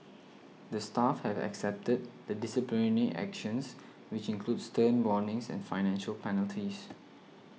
the staff have accepted the disciplinary actions which include stern warnings and financial penalties